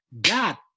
God